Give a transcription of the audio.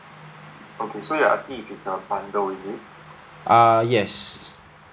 err yes